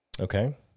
Okay